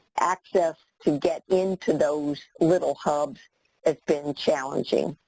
access to get into those little hubs has been challenging.